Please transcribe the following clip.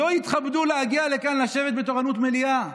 לא התכבדו להגיע לכאן לשבת בתורנות מליאה.